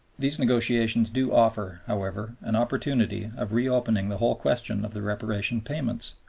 these negotiations do offer, however, an opportunity of reopening the whole question of the reparation payments,